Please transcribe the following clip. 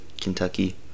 Kentucky